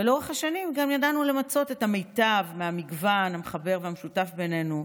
ולאורך השנים גם ידענו למצות את המיטב מהמגוון המחבר והמשותף בינינו.